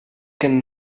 can